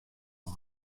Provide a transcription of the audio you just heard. mei